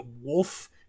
wolf